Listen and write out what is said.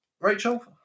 Rachel